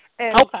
Okay